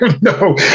No